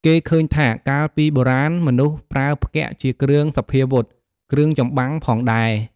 គេឃើញថា កាលពីបុរាណមនុស្សប្រើផ្គាក់ជាគ្រឿងសព្វាវុធ គ្រឿងចម្បាំង ផងដែរ ។